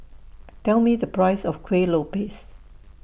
Tell Me The Price of Kuih Lopes